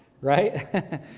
right